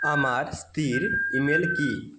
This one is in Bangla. আমার স্ত্রীর ইমেল কী